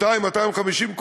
200 250,